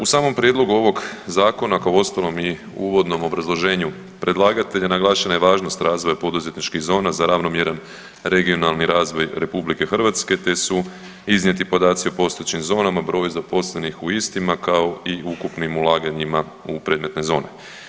U samom prijedlogu ovog Zakona, kao uostalom i uvodnom obrazloženju predlagatelja, naglašena je važnost razvoja poduzetničkih zona za ravnomjeran regionalni razvoj RH te su iznijeti podaci o postojećim zonama, broju zaposlenih u istima, kao i ukupnim ulaganjima u predmetne zone.